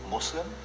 Muslim